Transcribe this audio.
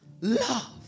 love